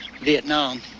Vietnam